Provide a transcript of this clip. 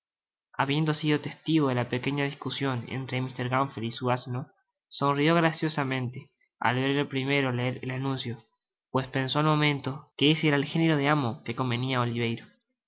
habiendo sido testigo de la pequeña discusion entre mr gamfield y su asno sonrió graciosamente al ver al primero leer el anuncio pues pensó al momento que ese era el género de amo que convenia á oliverio